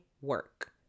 work